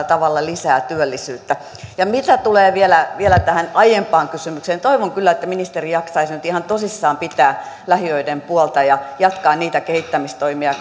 tavalla lisää työllisyyttä mitä tulee vielä vielä tähän aiempaan kysymykseen toivon kyllä että ministeri jaksaisi nyt ihan tosissaan pitää lähiöiden puolta ja jatkaa niitä kehittämistoimia